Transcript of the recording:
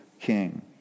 king